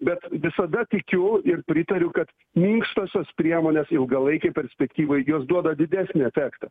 bet visada tikiu ir pritariu kad minkštosios priemonės ilgalaikėj perspektyvoj jos duoda didesnį efektą